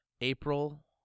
April